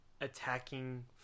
attacking